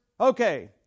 okay